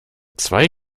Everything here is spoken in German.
zwei